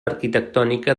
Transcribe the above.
arquitectònica